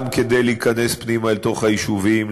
גם כדי להיכנס פנימה אל תוך היישובים,